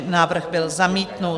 Návrh byl zamítnut.